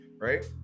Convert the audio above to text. right